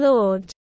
Lord